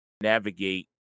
navigate